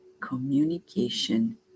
communication